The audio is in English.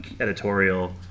editorial